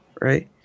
right